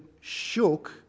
shook